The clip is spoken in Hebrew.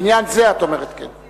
לעניין זה את אומרת, כן.